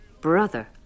brother